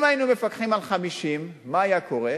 אם היינו מפקחים על 50, מה היה קורה?